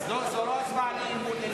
אז זו לא הצבעה על אי-אמון.